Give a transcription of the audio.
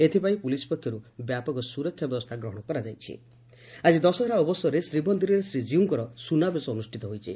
ଏଥପାଇଁ ପୁଲିସ ପକ୍ଷରୁ ବ୍ୟାପକ ସୁରକ୍ଷା ବ୍ୟବସ୍ରା କରାଯାଇଛି ଆଜି ଦଶହରା ଅବସରରେ ଶ୍ରୀମନ୍ଦିରରେ ଶ୍ରୀଜୀଉଙ୍କର ସୁନାବେଶ ଅନୁଷିତ ହୋଇଛି